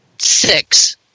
Six